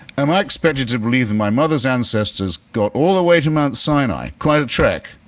am i expected to believe my mother's ancestors got all the way to mount sinai, quite a trek,